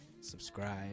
subscribe